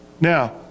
Now